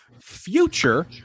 future